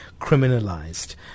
criminalized